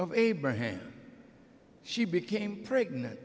of abraham she became pregnant